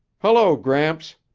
hello, gramps.